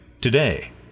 today